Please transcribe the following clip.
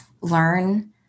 learn